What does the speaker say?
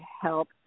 help